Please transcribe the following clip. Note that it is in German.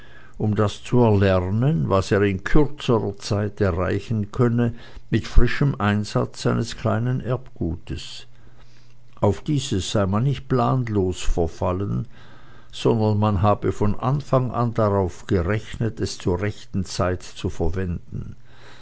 um das zu erlernen was er in kürzerer zeit erreichen könne mit frischem einsatz eines kleinen erbgutes auf dieses sei man nicht planlos verfallen sondern man habe von anfang an darauf gerechnet es zur rechten zeit zu verwenden